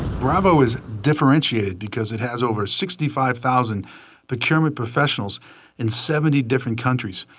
bravo is differentiated, because it has over sixty five thousand procurement professionals in seventy different countries,